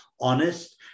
honest